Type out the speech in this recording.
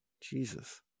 Jesus